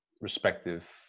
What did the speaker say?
respective